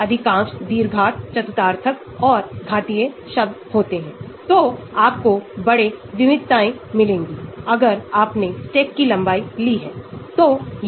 तो मेटा प्रतिस्थापी इस पर देखो यह NO2हमारे पास R यहाँ है हमारे पास पैरा NO2 है सिग्मा 078 है मेटा NO2 हैतो सिग्मा 071 है